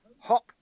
hop